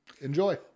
Enjoy